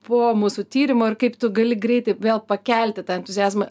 po mūsų tyrimo ir kaip tu gali greitai vėl pakelti tą entuziazmą